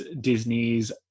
Disney's